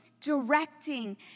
directing